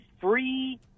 free